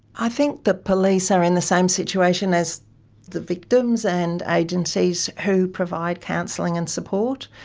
i think the police are in the same situation as the victims and agencies who provide counselling and support.